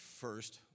first